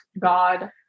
god